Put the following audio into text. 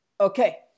Okay